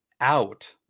out